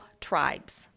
tribes